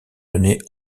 menés